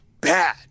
bad